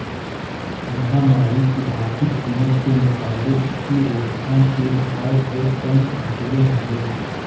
महामारी की आर्थिक कीमत के मुकाबले इसकी रोकथाम के उपाय बहुत कम खर्चीले होंगे